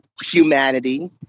humanity